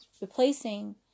Replacing